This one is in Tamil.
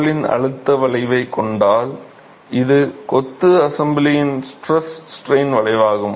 பொருளின் அழுத்த வளைவை எடுத்துக் கொண்டால் இது கொத்து அசெம்பிளியின் ஸ்ட்ரெஸ் ஸ்ட்ரைன் வளைவாகும்